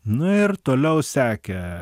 nu ir toliau sekė